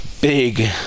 big